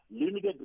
limited